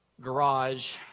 garage